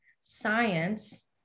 science